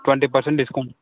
twenty percent discount